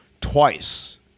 twice